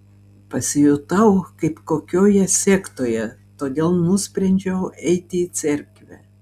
pasijutau kaip kokioje sektoje todėl nusprendžiau eiti į cerkvę